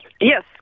Yes